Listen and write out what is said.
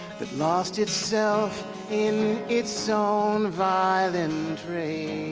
that lost itself in its own violent rage